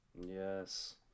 Yes